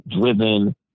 driven